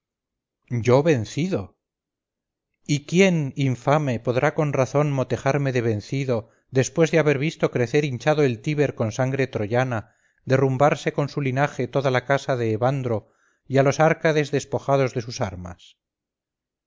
yo vencido y quién infame podrá con razón motejarme de vencido después de haber visto crecer hinchado el tíber con sangre troyana derrumbarse con su linaje toda la casa de evandro y a los árcades despojados de sus armas